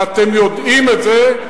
ואתם יודעים את זה,